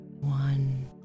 one